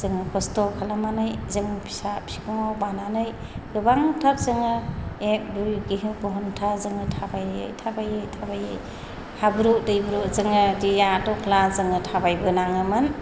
जोङो खस्थ' खालामनानै जों फिसा बिखुङाव बानानै गोबांथार जोङो एक दुइ टिन घन्टा जोङो थाबायै थाबायै थाबायै हाब्रु दैब्रु जोङो दिया दग्ला जोङो थाबायबोनाङोमोन